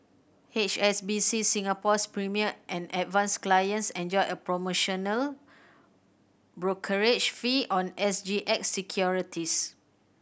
H S B C Singapore's Premier and Advance clients enjoy a promotional brokerage fee on S G X securities